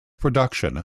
production